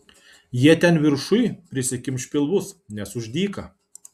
jie ten viršuj prisikimš pilvus nes už dyka